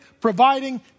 providing